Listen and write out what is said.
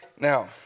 Now